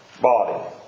body